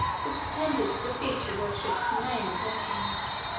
which tended to defeat your lordships' humane intentions,